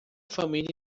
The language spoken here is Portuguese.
família